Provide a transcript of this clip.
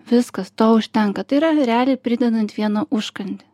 viskas to užtenka tai yra realiai pridedant vieną užkandį